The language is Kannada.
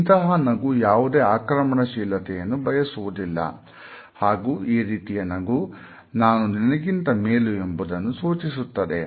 ಇಂತಹ ನಗು ಯಾವುದೇ ಆಕ್ರಮಣಶೀಲತೆಯನ್ನು ಬಯಸುವುದಿಲ್ಲ ಹಾಗೂ ಈ ರೀತಿಯ ನಗು " ನಾನು ನಿನಗಿಂತ ಮೇಲು" ಎಂಬುದನ್ನು ಸೂಚಿಸುತ್ತದೆ